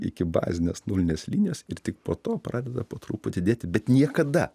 iki bazinės nulinės linijos ir tik po to pradeda po truputį dėti bet niekada